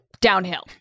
downhill